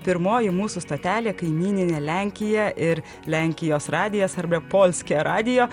pirmoji mūsų stotelė kaimyninė lenkija ir lenkijos radijas arba polske radijo